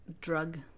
drug